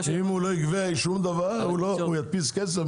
אם הוא לא יגבה כסף על שום דבר, הוא ידפיס כסף?